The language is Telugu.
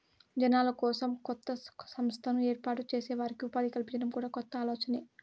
జనాల కోసం కొత్త సంస్థను ఏర్పాటు చేసి వారికి ఉపాధి కల్పించడం కూడా కొత్త ఆలోచనే